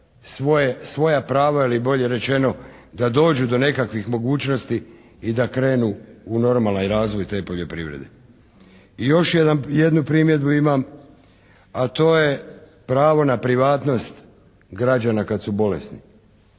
svoja prava ili bolje rečeno, da dođu do nekakvih mogućnosti i da krenu u normalni razvoj te poljoprivrede. I još jednu primjedbu imam, a to je pravo na privatnost građana kad su bolesni.